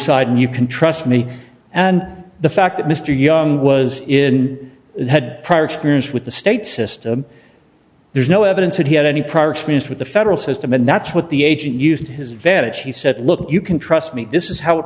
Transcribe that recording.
side and you can trust me and the fact that mr young was in it had prior experience with the state system there's no evidence that he had any prior experience with the federal system and that's what the agent used his advantage he said look you can trust me this is how it